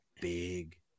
big